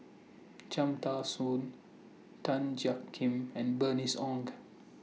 Cham Tao Soon Tan Jiak Kim and Bernice Ong